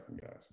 guys